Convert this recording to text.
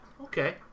okay